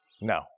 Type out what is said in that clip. No